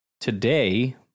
today